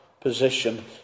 position